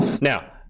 now